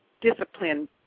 discipline